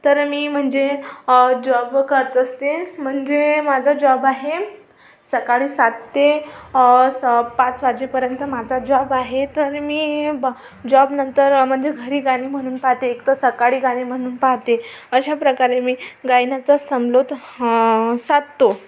तर मी म्हणजे जॉब करत असते म्हणजे माझा जॉब आहे सकाळी सात ते स पाच वाजेपर्यंत माझा जॉब आहे तर मी ब जॉबनंतर म्हणजे घरी गाणी म्हणून पाहते एकतर सकाळी गाणी म्हणून पाहते अशा प्रकारे मी गायनाचा समतोल साधतो